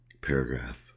paragraph